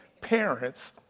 parents